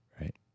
Right